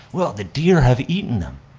well, the deer have eaten them.